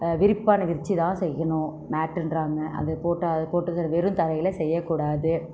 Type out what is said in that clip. விரிப்பான் விரித்துதான் செய்யணும் மேட்டுன்றாங்க அது போட்டு அது போட்டு தான் வெறும் தரையில் செய்யக்கூடாது